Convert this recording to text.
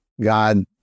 God